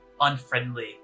unfriendly